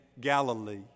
Galilee